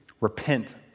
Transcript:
repent